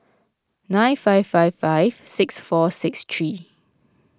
nine five five five six four six three